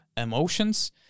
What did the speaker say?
Emotions